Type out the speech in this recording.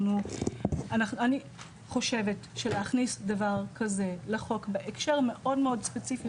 אני חושבת שלהכניס דבר כזה לחוק בהקשר מאוד ספציפי